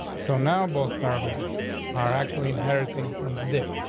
so now both paragraphs are actually inheriting from the dip,